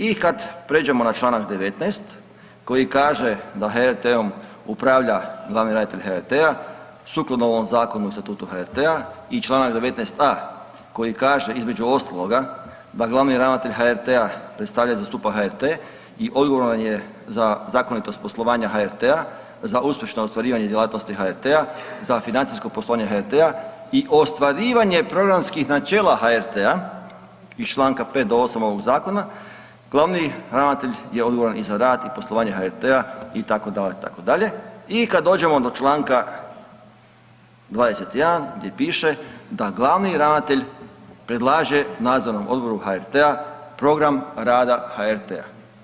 I kad prijeđemo na Članak 19. koji kaže da HRT-om upravlja glavni ravnatelj HRT-a sukladno ovom zakonu i statutu HRT-a i Članak 19a. koji kaže između ostaloga da glavni ravnatelj HRT-a predstavlja i zastupa HRT i odgovoran je za zakonitost poslovanja HRT-a, za uspješno ostvarivanje djelatnosti HRT-a, za financijsko poslovanje HRT-a i ostvarivanje programskih načela HRT-a iz Članka 5. do 8. ovog zakona, glavni ravnatelj je odgovoran i za rad i poslovanje HRT-a itd., itd. i kad dođemo do Članka 21. gdje piše da glavni ravnatelj predlaže nadzornom odboru HRT-a program rada HRT-a.